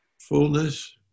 fullness